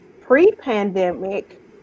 pre-pandemic